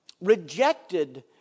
rejected